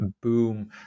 boom